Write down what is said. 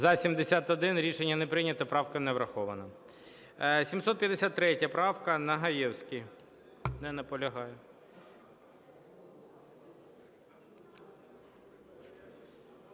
За-71 Рішення не прийнято. Правка не врахована. 753 правка, Нагаєвський.